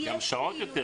גם שעות יותר.